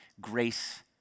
grace